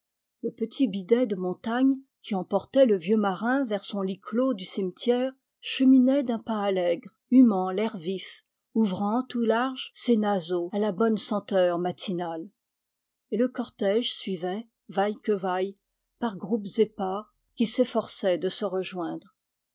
le petit bidet de montagne qui emportait le vieux marin vers son lit clos du cime ière cheminait d'un pas allègre humant l'air vif ouvrant tout larges ses naseaux à la bonne senteur matinale et le cortège suivait vaille que vaille par groupes épars qui s'efforçaient de se rejoindre